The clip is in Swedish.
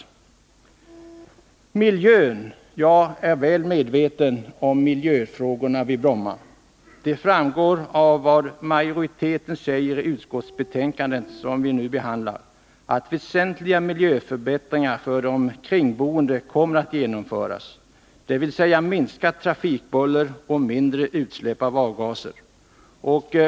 Beträffande miljön vill jag framhålla att jag är väl medveten om miljöfrågorna vid Bromma. Det framgår av vad majoriteten i det utskottsbetänkande som vi nu behandlar säger, att väsentliga miljöförbättringar för de kringboende kommer att genomföras, dvs. minskat trafikbuller och mindre utsläpp av avgaser.